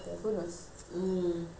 okay when you want to order soya aunty's food